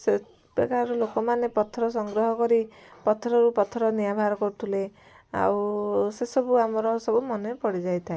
ସେବେକାର ଲୋକମାନେ ପଥର ସଂଗ୍ରହ କରି ପଥରରୁ ପଥର ନିଆଁ ବାହାର କରୁଥିଲେ ଆଉ ସେସବୁ ଆମର ସବୁ ମନେ ପଡ଼ି ଯାଇଥାଏ